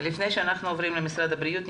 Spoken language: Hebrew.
לפני שאנחנו עוברים למשרד הבריאות,